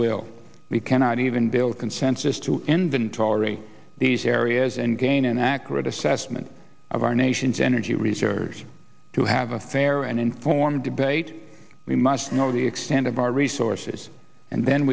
will we cannot even build consensus to inventory these areas and gain an accurate assessment of our nation's energy reserves to have a fair and informed debate we must know the extent of our resources and then